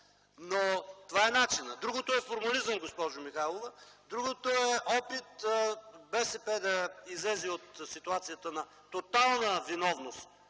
Но това е начинът. Другото е формализъм, госпожо Михайлова. Другото е опит БСП да излезе от ситуацията на тотална виновност